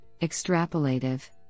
extrapolative